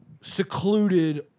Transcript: secluded